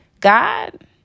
God